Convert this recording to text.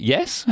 Yes